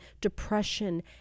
depression